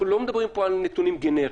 אנחנו לא מדברים פה על נתונים גנריים,